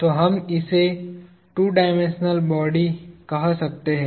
तो हम इसे 2 डायमेंशनल बॉडी कह सकते हैं